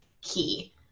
key